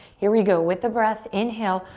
here we go with the breath, inhale.